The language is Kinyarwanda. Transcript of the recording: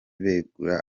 begura